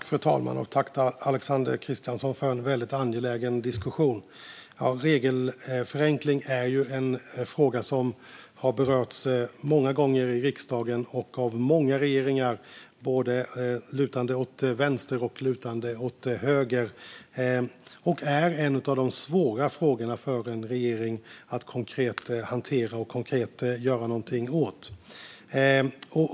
Fru talman! Jag tackar Alexander Christiansson för en väldigt angelägen diskussion. Regelförenkling är ju en fråga som har berörts många gånger i riksdagen och av många regeringar, både lutande åt vänster och lutande åt höger, och är en av de svåra frågorna för en regering att konkret hantera och göra någonting åt.